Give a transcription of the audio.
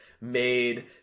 made